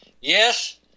Yes